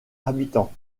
habitants